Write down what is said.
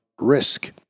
risk